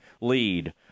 lead